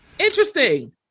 Interesting